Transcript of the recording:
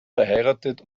verheiratet